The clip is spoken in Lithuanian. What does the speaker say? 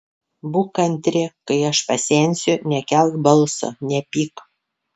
būk kantri kai aš pasensiu nekelk balso nepyk